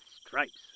stripes